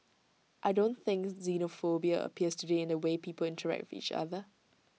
I don't think xenophobia appears today in the way people interact with each other